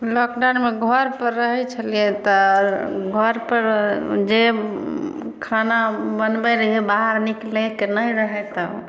लॉकडाउनमे घर पर रहै छलियै तऽ घर पर जे खाना बनबै रहै बाहर निकलै के नहि रहै तऽ